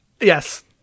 Yes